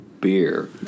beer